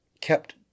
kept